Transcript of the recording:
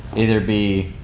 either be,